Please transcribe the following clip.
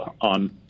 on